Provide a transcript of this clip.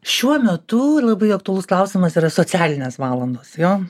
šiuo metu labai aktualus klausimas yra socialinės valandos jo